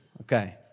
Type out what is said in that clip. Okay